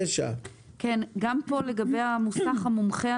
הערות לסעיף 9. גם כאן לגבי המוסך המומחה,